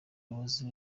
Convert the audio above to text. wahoze